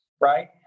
right